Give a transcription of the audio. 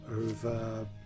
over